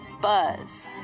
Buzz